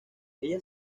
ella